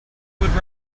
would